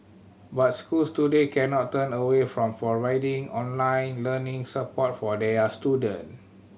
but schools today cannot turn away from providing online learning support for their student